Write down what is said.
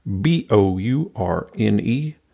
B-O-U-R-N-E